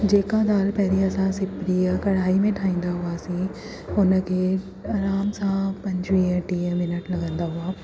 जेका दालि पहिरियों असां सिपरीअ कढ़ाई में ठाहींदा हुआसीं हुन खे आराम सां पंजवीह टीह मिनट लॻंदा हुआ